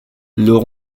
leur